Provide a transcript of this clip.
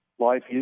Life